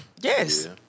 Yes